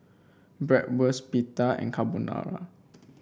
Bratwurst Pita and Carbonara